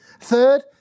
Third